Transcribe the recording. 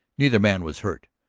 neither man was hurt.